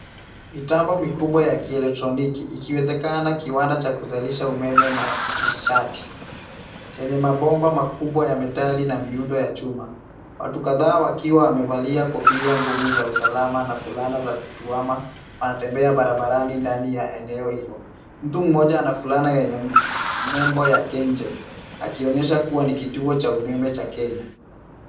Mitambo mikubwa ya kielektroniki ikiwezekana kiwanda cha kuzalisha umeme na nishati chenye mabomba makubwa ya metali na miundo ya chuma. Watu kadhaa wakiwa wamevalia kofia ngumu za usalama na fulana za mtwama wanatembea barabarani ndani ya eneo hilo. Mtu mmoja ana fulana yenye nembo ya KenGen akionyesha kuwa ni kituo cha umeme cha Kenya.